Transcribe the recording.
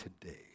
today